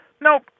Nope